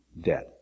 dead